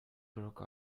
broke